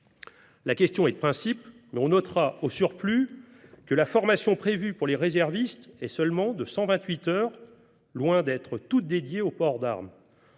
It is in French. La question est de principe, mais on notera au surplus que la formation prévue pour les réservistes est de seulement cent vingt huit heures, qui sont loin d’être toutes dédiées au port d’armes.